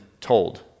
told